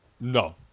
No